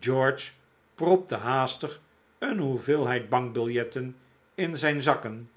george propte haastig een hoeveelheid bankbiljetten in zijn zakken